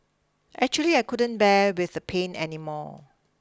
actually I couldn't bear with the pain anymore